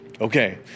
Okay